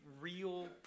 real